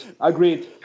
Agreed